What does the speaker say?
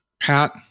Pat